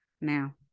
now